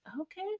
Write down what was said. Okay